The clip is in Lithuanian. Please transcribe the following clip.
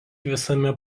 visame